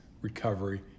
recovery